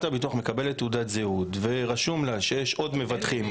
הביטוח מקבלת תעודת זהות ורשום לה שיש עוד מבטחים,